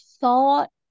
thought